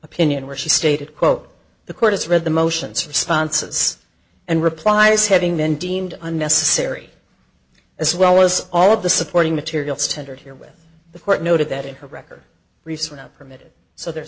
opinion where she stated quote the court has read the motions responses and replies having been deemed unnecessary as well as all of the supporting material standard here with the court noted that in her record recent permitted so ther